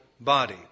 body